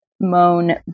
Moan